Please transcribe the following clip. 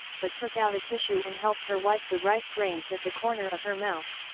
but took out a tissue and helped her wipe the rice grains at the corner of her mouth,